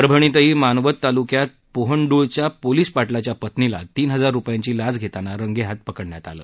परभणीतही मानवत तालुक्यात पोहंडूळच्या पोलीस पाटलाच्या पत्नीला तीन हजार रुपयांची लाच घेतांना रंगेहाथ पकडण्यात आलं